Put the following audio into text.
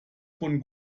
von